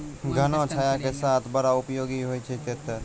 घना छाया के साथ साथ बड़ा उपयोगी होय छै तेतर